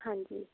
ਹਾਂਜੀ